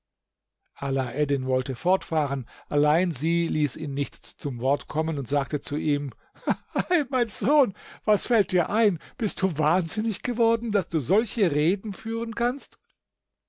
wollte fortfahren allein sie ließ ihn nicht zum wort kommen und sagte zu ihm ei ei mein sohn was fällt dir ein bist du wahnsinnig geworden daß du solche reden führen kannst